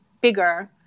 bigger